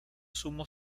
sumo